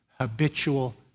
habitual